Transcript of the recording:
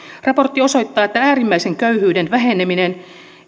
raportti osoittaa että äärimmäisen köyhyyden väheneminen